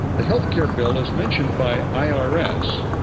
the health care bill is mentioned by i r s.